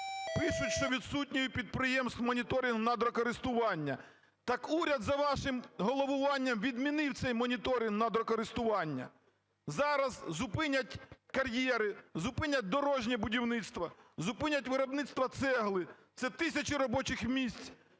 пишуть, що відсутній у підприємств моніторинг надрокористування. Так, уряд за вашим головуванням відмінив цей моніторинг надрокористування. Зараз зупинять кар'єри, зупинять дорожнє будівництво, зупинять виробництво цегли, це тисячі робочих місць,